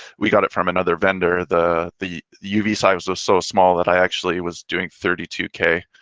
we got it from another vendor, the the uv side was ah so small that i actually was doing thirty two k,